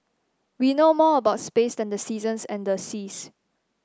we know more about space than the seasons and the seas